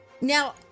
Now